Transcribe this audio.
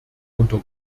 unter